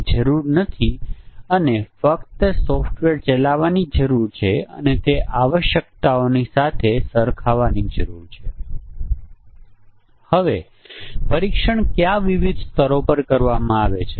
પરંતુ તેની સાથે આપણે ફોન્ટ નો રંગ પણ ધ્યાનમાં લેવો પડશે અથવા ફોન્ટ ને ધ્યાનમાં લેવા પડશે જો આપણે ધારીશું કે અહીં 10 કિમત છે